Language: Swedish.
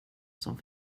som